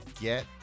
get